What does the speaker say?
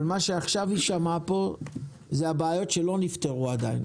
אבל מה שעכשיו יישמע פה אלה הבעיות שלא נפתרו עדיין.